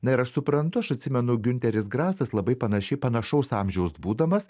na ir aš suprantu aš atsimenu giunteris grasas labai panašiai panašaus amžiaus būdamas